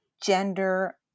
gender